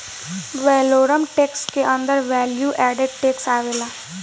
valorem tax के अंदर value added tax आवेला